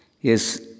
Yes